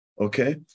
okay